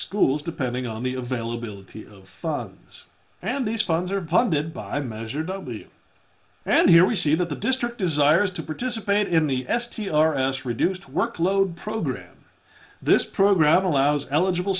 schools depending on the availability of guns and these funds are bonded by measure w and here we see that the district desires to participate in the s t r s reduced workload program this program allows eligible